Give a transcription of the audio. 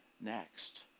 next